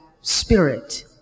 spirit